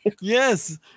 Yes